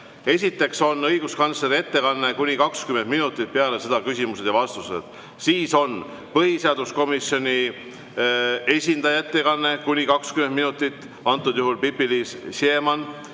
Esiteks on õiguskantsleri ettekanne kuni 20 minutit, peale seda küsimused ja vastused. Siis on põhiseaduskomisjoni esindaja ettekanne kuni 20 minutit, antud juhul Pipi-Liis Siemann,